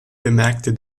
bemerkte